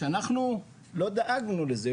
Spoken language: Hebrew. שאנחנו לא דאגנו לזה,